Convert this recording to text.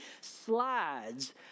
slides